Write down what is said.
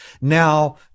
Now